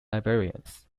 librarians